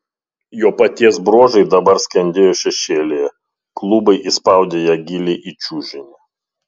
jo paties bruožai dabar skendėjo šešėlyje klubai įspaudė ją giliai į čiužinį